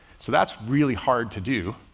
so that's really hard to do.